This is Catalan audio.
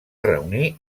reunir